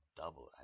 double